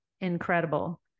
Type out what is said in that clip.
incredible